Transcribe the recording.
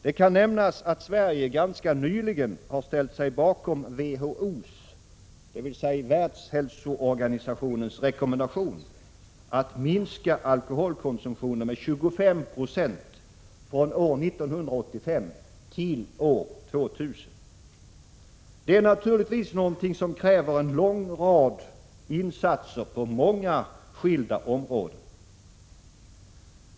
Det kan nämnas att Sverige ganska nyligen har ställt sig bakom Världshälsoorganisationens rekommendation att minska alkoholkonsumtionen med 25 96 från år 1985 till år 2000. Detta kräver naturligtvis en lång rad insatser på många skilda områden.